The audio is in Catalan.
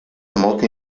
molta